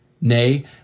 Nay